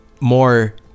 more